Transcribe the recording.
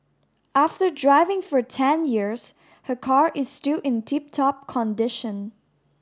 after driving for ten years her car is still in tip top condition